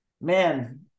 man